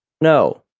No